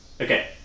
Okay